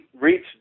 reach